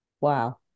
Wow